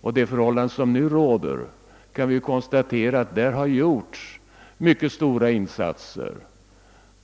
och de förhållanden som nu råder, kan vi konstatera att det har gjorts stora insatser.